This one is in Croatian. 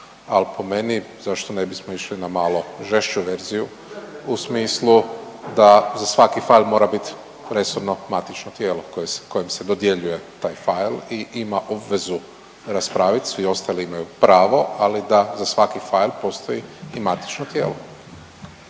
Al po meni zašto ne bismo išli na malo žešću verziju u smislu da za svaki file mora bit resorno matično kojem se dodjeljuje taj file i ima obvezu raspravit, svi ostali imaju pravo, ali da za svaki file postoji i matično tijelo.